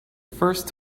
first